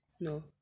no